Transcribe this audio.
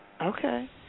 Okay